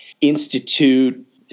institute